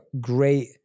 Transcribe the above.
great